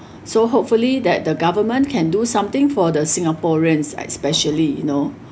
so hopefully that the government can do something for the singaporeans especially you know